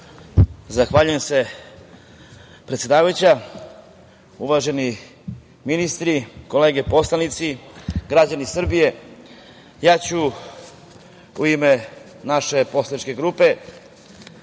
Zahvaljujem se predsedavajuća, uvaženi ministri, kolege poslanici, građani Srbije, ja ću u ime naše poslaničke grupe